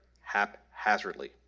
haphazardly